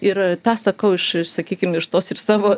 ir tą sakau aš sakykim iš tos ir savo